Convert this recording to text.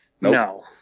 No